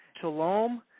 Shalom